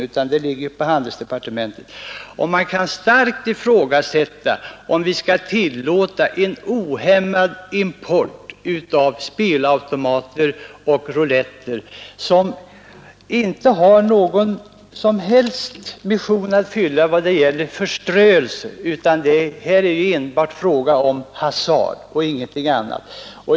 Jag vill dock i det här sammanhanget framhålla, att det kan starkt ifrågasättas om vi skall tillåta en ohämmad import av spelautomater och rouletter, som inte har någon som helst funktion att fylla när det gäller förströelse. Det är här enbart fråga om hasard.